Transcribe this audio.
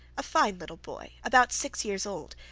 a fine little boy about six years old,